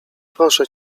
proszę